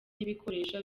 n’ibikoresho